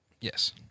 Yes